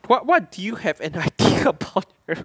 what what do you have an idea about